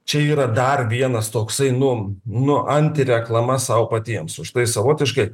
čia yra dar vienas toksai nu nu antireklama sau patiems už tai savotiškai